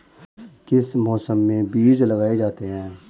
किस मौसम में बीज लगाए जाते हैं?